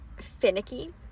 finicky